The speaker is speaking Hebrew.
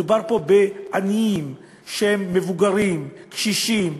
מדובר פה בעניים שהם מבוגרים, קשישים,